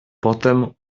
potem